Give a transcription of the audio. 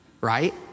right